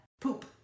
Poop